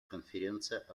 конференция